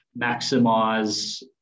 maximize